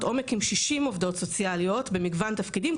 עומק עם 60 עובדות סוציאליות במגוון תפקידים,